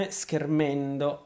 schermendo